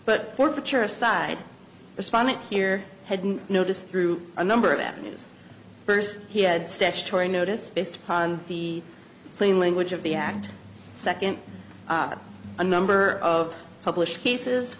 but forfeiture aside respondent here hadn't noticed through a number of avenues first he had statutory notice based on the plain language of the act second a number of published cases